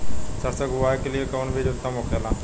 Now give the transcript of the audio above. सरसो के बुआई के लिए कवन बिज उत्तम होखेला?